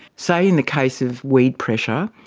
say in the case of weed pressure,